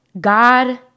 God